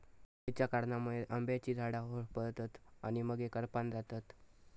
खयच्या कारणांमुळे आम्याची झाडा होरपळतत आणि मगेन करपान जातत?